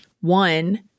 one